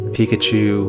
Pikachu